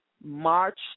March